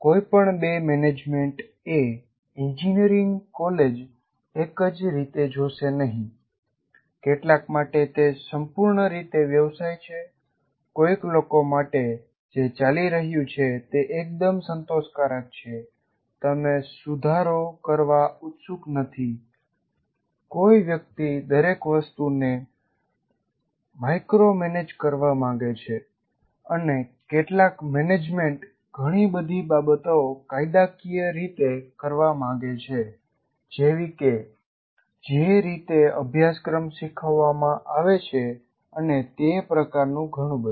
કોઈ પણ બે મેનેજમેન્ટ એ એન્જિનિયરિંગ કોલેજ એકજ રીતે જોશે નહીં કેટલાક માટે તે સંપૂર્ણ રીતે વ્યવસાય છે કોઈ લોકો માટે જે ચાલી રહ્યું છે તે એકદમ સંતોષકારક છે તમે સુધારો કરવા ઉત્સુક નથી કોઈ વ્યક્તિ દરેક વસ્તુને માઇક્રોમેનેજ કરવા માંગે છે અને કેટલાક મેનેજમેન્ટ ઘણી બધી બાબતો કાયદાકીય રીતે કરવા માંગે છે જેવી કે જે રીતે અભ્યાસક્રમ શીખવવામાં આવે છે અને તે પ્રકારનું ઘણું બધું